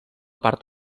part